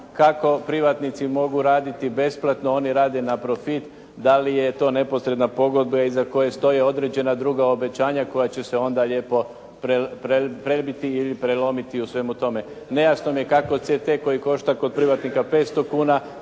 kako privatnici mogu raditi besplatno. Oni rade na profit. Da li je to neposredna pogodba iza kojeg stoje određena druga obećanja koja će se onda lijepo prebiti ili prelomiti u svemu tome. Nejasno mi je kako CT koji košta kod privatnika 500 kn,